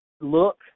look